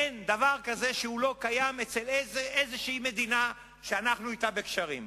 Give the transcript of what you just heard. אין דבר כזה שהוא לא קיים אצל איזו מדינה שאנחנו אתה בקשרים.